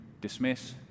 dismiss